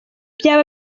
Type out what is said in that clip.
byaba